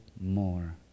more